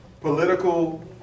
political